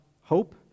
hope